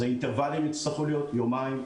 אז האינטרוולים יצטרכו להיות יומיים,